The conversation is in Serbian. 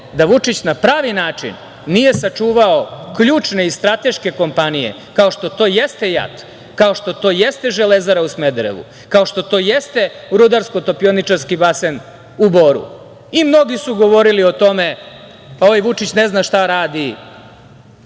da Vučić na pravi način nije sačuvao ključne i strateške kompanije, kao što to jeste JAT, kao što to jeste „Železara“ u Smederevu, kao što to jeste „ Rudarsko - topioničarski basen“ u Boru. Mnogi su govorili o tome – ovaj Vučić ne zna šta radi,